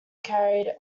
carried